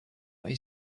may